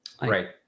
Right